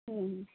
ᱦᱮᱸᱻ